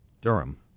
Durham